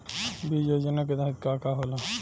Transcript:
बीज योजना के तहत का का होला?